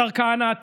השר כהנא,